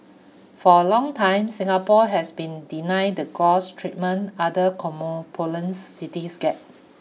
for a long time Singapore has been denied the treatment other cities get